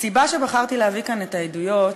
הסיבה שבחרתי להביא כאן את העדויות,